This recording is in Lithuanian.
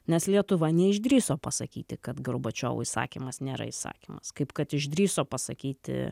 nes lietuva neišdrįso pasakyti kad gorbačiovo įsakymas nėra įsakymas kaip kad išdrįso pasakyti